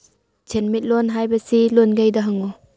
ꯁꯦꯟꯃꯤꯠꯂꯣꯟ ꯍꯥꯏꯕꯁꯤ ꯂꯣꯟꯒꯩꯗ ꯍꯪꯉꯨ